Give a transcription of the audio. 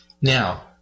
Now